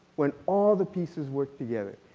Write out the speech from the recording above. when all of the pieces work together.